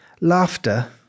laughter